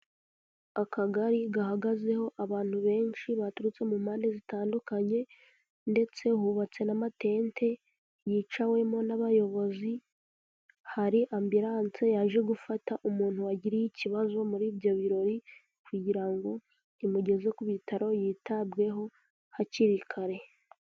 Akagari gahagazeho abantu benshi baturutse mu mpande zitandukanye, ndetse hubatse n'amatente yicawemo n'abayobozi, hari ambulance yaje gufata umuntu wagiriye ikibazo muri ibyo birori, kugira ngo imugeze ku bitaro yitabweho hakiri kare.